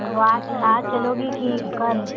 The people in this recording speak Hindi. तो आज आज चलोगी कि कल